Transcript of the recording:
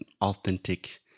authentic